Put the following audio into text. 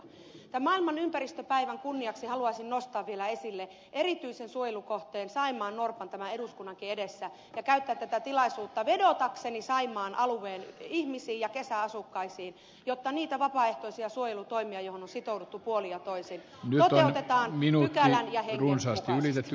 tämän maailman ympäristöpäivän kunniaksi haluaisin nostaa vielä esille erityisen suojelukohteen saimaannorpan tämän eduskunnankin edessä ja käyttää tätä tilaisuutta vedotakseni saimaan alueen ihmisiin ja kesäasukkaisiin jotta niitä vapaaehtoisia suojelutoimia joihin on sitouduttu puolin ja toisin toteutetaan pykälän ja hengen mukaisesti